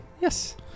Yes